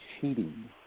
cheating